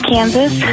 Kansas